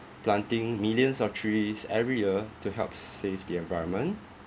planting millions of trees every year to help s~ save the environment